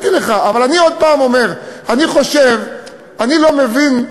אבל אני עוד פעם אומר, אני לא מבין,